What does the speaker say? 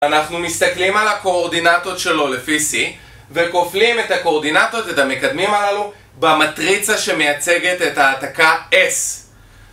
אנחנו מסתכלים על הקואורדינטות שלו לפי C וכופלים את הקואורדינטות, את המקדמים הללו, במטריצה שמייצגת את ההעתקה S